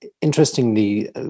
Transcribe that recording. Interestingly